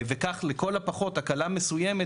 וכך לכל הפחות הקלה מסוימת,